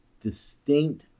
distinct